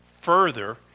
further